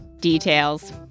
details